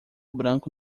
branco